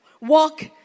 Walk